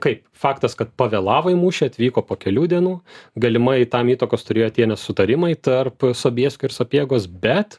kaip faktas kad pavėlavo į mūšį atvyko po kelių dienų galimai tam įtakos turėjo tie nesutarimai tarp sobieskio ir sapiegos bet